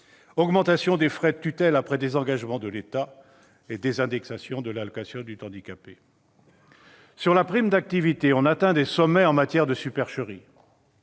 augmentation des frais de tutelle après désengagement de l'État et désindexation de l'AAH. Sur la prime d'activité, on atteint des sommets en matière de supercherie.